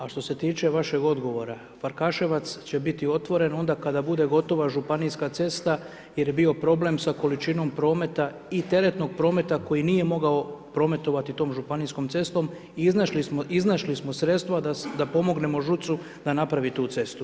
A što se tiče vašeg odgovora, Farkaševac će biti otvoren onda kada bude gotova županijska cesta jer je bio problem sa količinom prometa i teretnog prometa koji nije mogao prometovati tom županijskom cestom i iznašli smo sredstva da pomognemo ŽUC-u da napravi tu cestu.